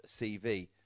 CV